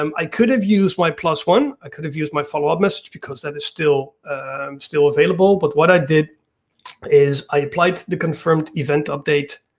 um i could have used my plus one, i could have used my follow-up message because that is still still available. but what i did is i applied the confirmed event update,